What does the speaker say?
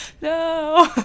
no